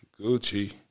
Gucci